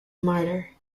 martyr